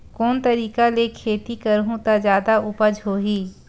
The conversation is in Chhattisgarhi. कोन तरीका ले खेती करहु त जादा उपज होही?